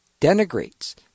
denigrates